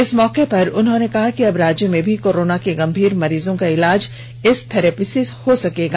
इस मौके पर उन्होंने कहा कि अब राज्य में भी कोरोना के गंभीर मरीजों का इलाज इस थेरेपी से हो सकेगा